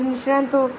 આ જ નિષ્ણાતો